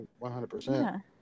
100%